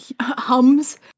hums